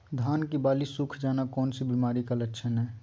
धान की बाली सुख जाना कौन सी बीमारी का लक्षण है?